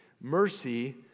mercy